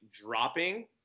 dropping